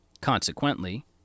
Consequently